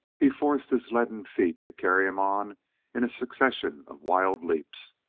he forced his leaden feet to carry him on in a succession of wild leaps.